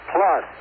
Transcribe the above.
Plus